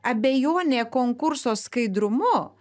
abejonė konkurso skaidrumu